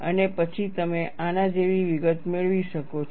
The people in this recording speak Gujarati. અને પછી તમે આના જેવી વિગત મેળવી શકો છો